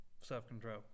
self-control